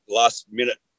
last-minute